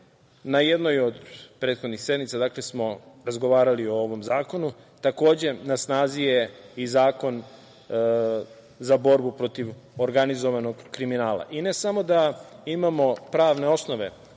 Na jednoj od prethodnih sednica smo razgovarali o ovom zakonu. Takođe, na snazi je i Zakon za borbu protiv organizovanog kriminala. I ne samo da imamo pravne osnove